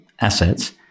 assets